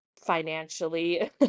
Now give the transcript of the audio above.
financially